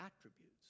attributes